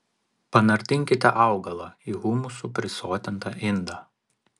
panardinkite augalą į humusu prisotintą indą